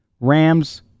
Rams